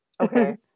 okay